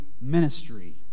ministry